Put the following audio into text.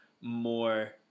more